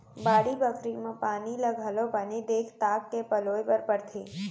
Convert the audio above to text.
बाड़ी बखरी म पानी ल घलौ बने देख ताक के पलोय बर परथे